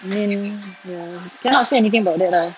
man ya you cannot say anything about that lah